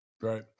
Right